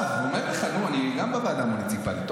נו, אני גם בוועדה המוניציפלית.